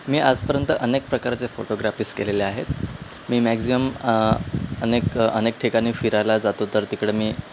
मी आजपर्यंत अनेक प्रकारचे फोटोग्राफीस केलेले आहेत मी मॅक्झिमम अनेक अनेक ठिकाणी फिरायला जातो तर तिकडं मी